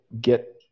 get